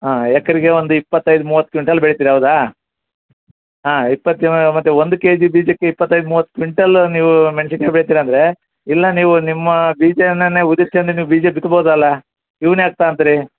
ಹಾಂ ಎಕ್ರಿಗೆ ಒಂದು ಇಪ್ಪತ್ತೈದು ಮೂವತ್ತು ಕ್ವಿಂಟಾಲ್ ಬೆಳೀತೀರ ಹೌದಾ ಹಾಂ ಇಪ್ಪತ್ತು ಮತ್ತು ಒಂದು ಕೆ ಜಿ ಬೀಜಕ್ಕೆ ಇಪ್ಪತ್ತೈದು ಮೂವತ್ತು ಕ್ವಿಂಟಲ್ಲು ನೀವು ಮೆಣ್ಸಿನ್ಕಾಯ್ ಬೆಳೀತೀರ ಅಂದರೆ ಇಲ್ಲ ನೀವು ನಿಮ್ಮ ಬೀಜವನ್ನೇ ಉದಿಕ್ಯಂದು ನೀವು ಬೀಜ ಬಿತ್ಬೋದಲ್ಲ ಇವನ್ನ ಯಾಕೆ ತಗೊಂತೀರಿ